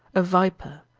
a viper,